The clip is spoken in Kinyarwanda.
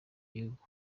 gihugu